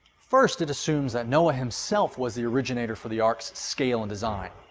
first, it assumes that noah himself was the originator for the ark's scale and design.